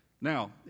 Now